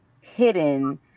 hidden